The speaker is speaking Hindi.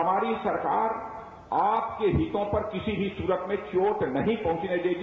हमारी सरकार आप के हितों पर किसी भी सूरत में चोट नहीं पहुंचने देगी